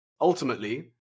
ultimately